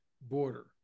border